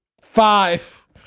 Five